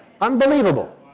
Unbelievable